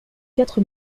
quatre